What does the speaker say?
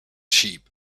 sheep